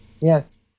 Yes